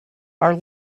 are